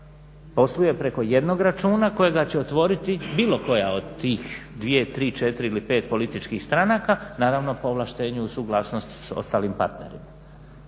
posluje preko jednog računa kojega će otvoriti bilo koja od tih 2, 3, 4 ili 5 političkih stranaka, naravno po ovlaštenju uz suglasnost sa ostalim partnerima.